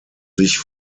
sich